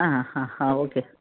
ആ ആ ഹാ ഓക്കെ